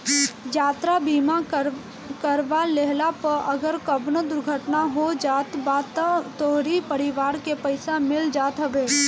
यात्रा बीमा करवा लेहला पअ अगर कवनो दुर्घटना हो जात बा तअ तोहरी परिवार के पईसा मिल जात हवे